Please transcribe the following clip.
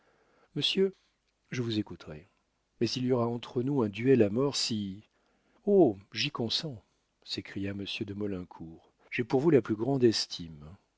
monsieur je vous écouterai mais il y aura entre nous un duel à mort si oh j'y consens s'écria monsieur de maulincour j'ai pour vous la plus grande estime